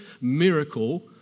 miracle